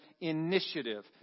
initiative